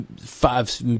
five